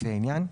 לפי העניין,